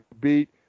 beat